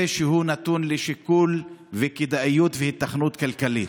שנתון רק לשיקול ולכדאיות ולהיתכנות כלכלית.